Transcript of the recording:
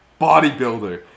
Bodybuilder